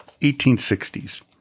1860s